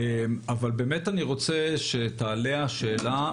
אבל באמת אני רוצה שתעלה השאלה,